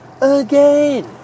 again